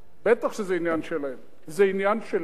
בטח שזה עניין שלהם, זה עניין שלנו